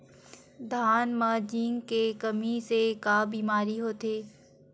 धान म जिंक के कमी से का बीमारी होथे?